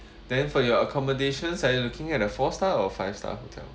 then for your accommodations are you looking at a four star or five star